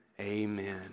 Amen